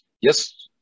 Yes